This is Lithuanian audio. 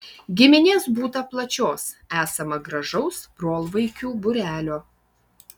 giminės būta plačios esama gražaus brolvaikių būrelio